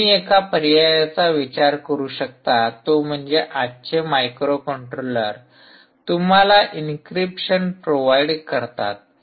तुम्ही एका पर्यायचा विचार करू शकता तो म्हणजे आजचे मायक्रोकंट्रोलर तुम्हाला इंक्रीप्शन प्रोव्हाइड करतात